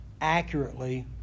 accurately